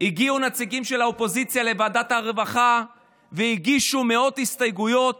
הגיעו נציגים של האופוזיציה לוועדת הרווחה והגישו מאות הסתייגויות